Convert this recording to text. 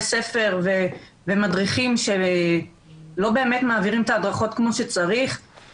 ספר ומדריכים שלא באמת מעבירים את ההדרכות כמו שצריך.